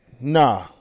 Nah